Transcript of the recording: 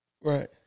Right